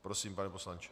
Prosím, pane poslanče.